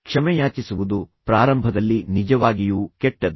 ಕ್ಷಮೆಯಾಚಿಸುವುದು ಪ್ರಾರಂಭದಲ್ಲಿ ನಿಜವಾಗಿಯೂ ಕೆಟ್ಟದು